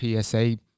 PSA